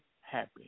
happy